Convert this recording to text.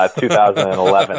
2011